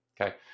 Okay